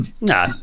No